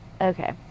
Okay